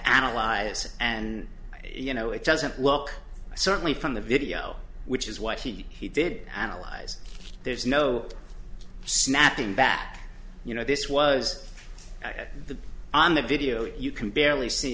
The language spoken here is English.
analyze and you know it doesn't look certainly from the video which is what he did analyze there's no snapping back you know this was the on the video you can barely see